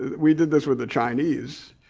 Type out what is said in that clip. we did this with the chinese,